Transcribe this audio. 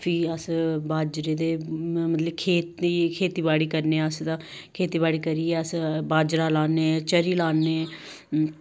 फ्ही अस बाजरे दे मतलब खेती खेतीबाड़ी करने हां अस ते खेतीबाड़ी करियै अस बाजरा लान्ने चरी लान्ने